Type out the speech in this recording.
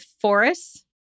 forests